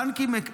הבנקים,